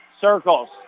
Circles